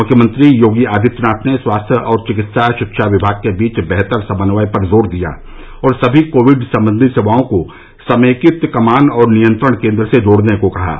मृख्यमंत्री योगी आदित्यनाथ ने स्वास्थ्य और चिकित्सा शिक्षा विभाग के बीच बेहतर समन्वय पर जोर दिया और समी कोविड सम्बंधी सेवाओं को समेकित कमान और नियंत्रण केन्द्र से जोड़ने को कहा है